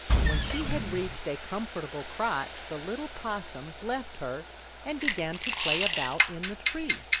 and when she had reached a comfortable crotch the little possums left her and began to play about in the tree.